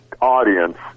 audience